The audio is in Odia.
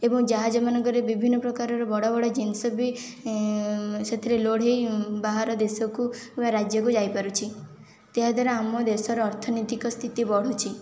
ଏବଂ ଜାହାଜ ମାନଙ୍କରେ ବିଭିନ୍ନ ପ୍ରକାରର ବଡ଼ ବଡ଼ ଜିନିଷ ବି ସେଥିରେ ଲୋଡ଼ ହୋଇ ବାହାର ଦେଶକୁ ବା ରାଜ୍ୟକୁ ଯାଇପାରୁଛି ଯାହାଦ୍ୱାରା ଆମ ଦେଶର ଅର୍ଥନୀତିକ ସ୍ଥିତି ବଢୁଛି